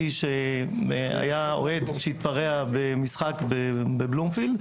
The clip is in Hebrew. שהיה לנו תיק של אוהד שהתפרע במשחק בלומפילד,